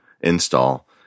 install